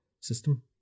system